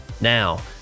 Now